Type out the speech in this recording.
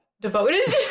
Devoted